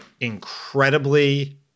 incredibly